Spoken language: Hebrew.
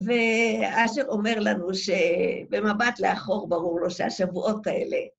ואשר אומר לנו שבמבט לאחור ברור לו שהשבועות האלה...